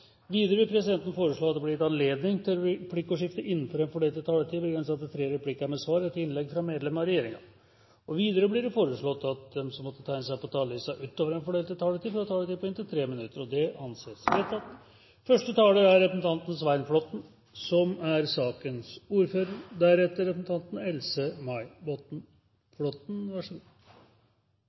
Videre vil presidenten foreslå at det blir gitt anledning til replikkordskifte begrenset til tre replikker med svar etter innlegg fra medlem av regjeringen innenfor den fordelte taletid. Videre blir det foreslått at de som måtte tegne seg på talerlisten utover den fordelte taletid, får en taletid på inntil 3 minutter. – Det anses vedtatt. Næringskomiteen har behandlet Meld. St. 23 om digital agenda for Norge. IKT for vekst og verdiskaping. Formålet med denne meldingen var å presentere hvordan Norge som